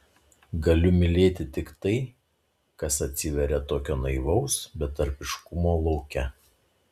galiu mylėti tik tai kas atsiveria tokio naivaus betarpiškumo lauke